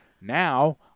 now